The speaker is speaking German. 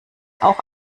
auch